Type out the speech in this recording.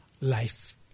Life